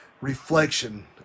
reflection